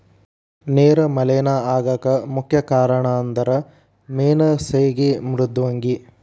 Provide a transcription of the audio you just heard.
ನೇರ ಮಲೇನಾ ಆಗಾಕ ಮುಖ್ಯ ಕಾರಣಂದರ ಮೇನಾ ಸೇಗಿ ಮೃದ್ವಂಗಿ